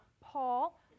Paul